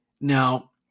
Now